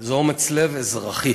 זה אומץ לב אזרחי.